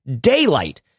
daylight